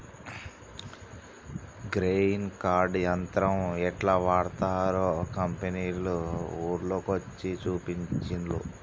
grain cart యంత్రం యెట్లా వాడ్తరో కంపెనోళ్లు ఊర్ల కొచ్చి చూపించిన్లు